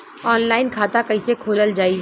Online खाता कईसे खोलल जाई?